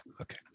okay